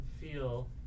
feel